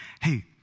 hey